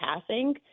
passing